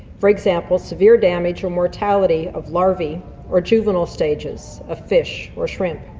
for example severe damage or mortality of larvae or juvenile stages of fish or shrimp.